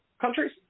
countries